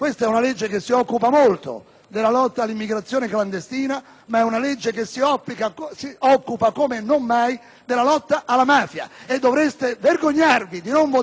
In questa legge ci si occupa dei beni sequestrati e si introducono nuove misure che riguardano l'utilizzo di questi beni. Vi ricordo che per le forze dell'ordine e la giustizia